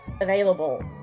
available